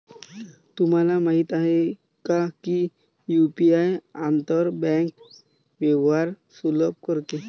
तुम्हाला माहित आहे का की यु.पी.आई आंतर बँक व्यवहार सुलभ करते?